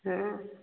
ହଁ